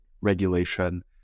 regulation